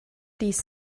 these